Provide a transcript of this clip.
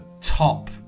top